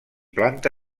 planta